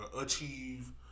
achieve